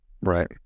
Right